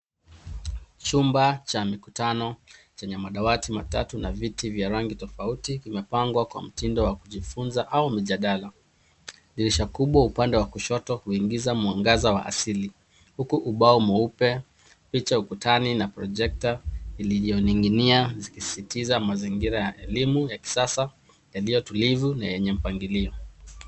Chumba cha mikutano chenye madawati matatu na viti vya rangi tofauti vimepangwa kwa mtindo wa kujifunza au mjadala. Dirisha kubwa upande wa kushoto kuingiza mwangaza wa asili, huku ubao mweupe, picha ukutani na projector iliyoning'inia ikisisitiza mazingira ya elimu ya kisasa yaliyo tulivu na yenye mpangilio.